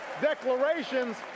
declarations